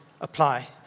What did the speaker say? apply